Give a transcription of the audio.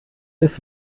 des